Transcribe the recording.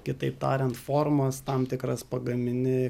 kitaip tariant formas tam tikras pagamini